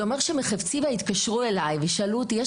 זה אומר שמלכתחילה התקשרו אלי ושאלו אותי אם